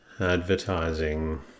Advertising